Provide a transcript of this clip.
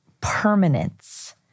permanence